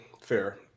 fair